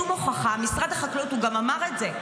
משרד החקלאות גם אמר את זה.